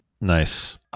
Nice